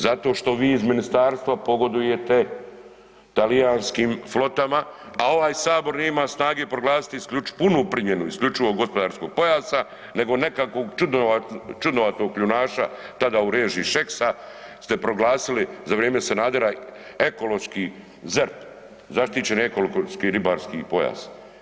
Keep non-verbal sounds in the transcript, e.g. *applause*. Zato što vi iz ministarstva pogodujete talijanskim flotama, a ovaj Sabor nije ima snage proglasiti .../nerazumljivo/... punu primjenu isključivog gospodarskog pojasa nego nekakvog čudnovatog kljunaša tada u režiji Šeksa ste proglasili za vrijeme Sanadera ekološki ZERP, zaštićeni ... *unintelligible* ribarski pojas.